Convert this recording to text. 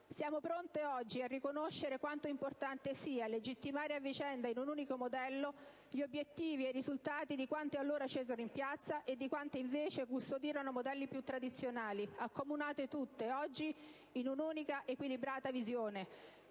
Siamo pronte oggi a riconoscere quanto importante sia legittimare a vicenda, in un unico modello, gli obbiettivi e i risultati di quante allora scesero in piazza e di quante invece custodirono modelli più tradizionali, accomunate tutte, oggi, in un'unica equilibrata visione: